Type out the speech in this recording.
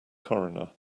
coroner